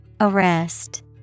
Arrest